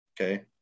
Okay